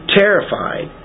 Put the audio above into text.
terrified